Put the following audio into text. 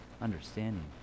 understanding